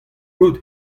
out